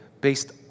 based